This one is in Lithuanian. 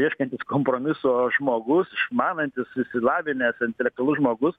ieškantis kompromiso žmogus išmanantis išsilavinęs intelektualus žmogus